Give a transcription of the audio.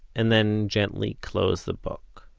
and then gently closed the book.